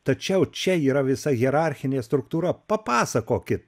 tačiau čia yra visa hierarchinė struktūra papasakokit